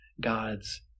God's